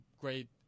great